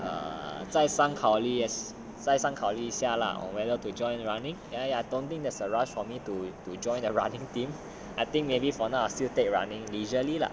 err 再三考虑 yes 再三考虑一下 lah on whether to join the running ya ya don't think there is a rush for me to to join the running team I think maybe for now I will still take running leisurely lah